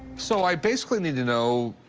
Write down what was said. so i basically need to know,